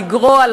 לגרוע,